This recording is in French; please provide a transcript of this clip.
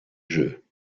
jeu